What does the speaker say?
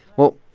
well,